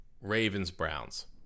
Ravens-Browns